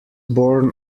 born